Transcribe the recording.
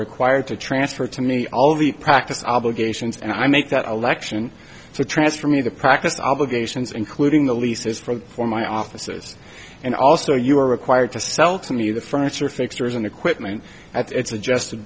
required to transfer to me all the practice obligations and i make that election to transfer me the practice obligations including the leases for for my offices and also you are required to sell to me the furniture fixtures and equipment at its adjusted